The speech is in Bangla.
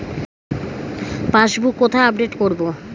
পাসবুক কোথায় আপডেট করব?